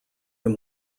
him